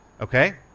Okay